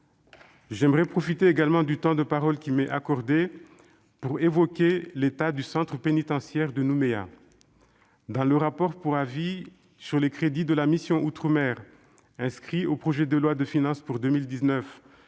Je veux profiter du temps de parole qui m'est accordé pour évoquer l'état du centre pénitentiaire de Nouméa. Dans le rapport pour avis sur les crédits de la mission « Outre-mer » inscrits au projet de loi de finances pour 2019,